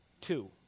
two